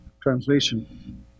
translation